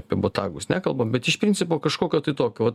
apie botagus nekalbam bet iš principo kažkokio tai tokio vat